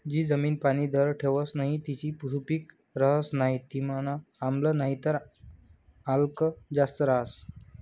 जी जमीन पाणी धरी ठेवस नही तीनी सुपीक रहस नाही तीनामा आम्ल नाहीतर आल्क जास्त रहास